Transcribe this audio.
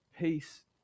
Peace